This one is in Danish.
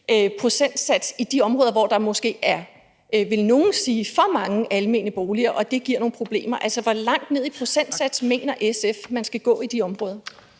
procentsats i de områder, hvor der måske er, vil nogle sige, for mange almene boliger, hvilket giver nogle problemer. Altså, hvor langt ned i procentsats mener SF man skal gå i de områder?